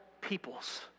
peoples